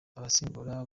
abasimbura